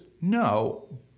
No